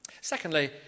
Secondly